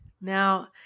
Now